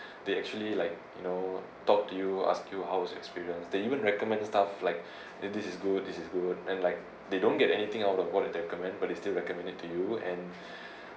they actually like you know talk to you ask you how's experience they even recommended stuff like this is good this is good and like they don't get anything out of what they recommend but they still recommended to you and